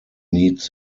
needs